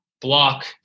block